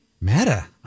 Meta